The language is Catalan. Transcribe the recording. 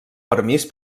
permís